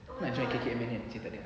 aku nak join K_K_M_N sini tak ada ah